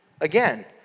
again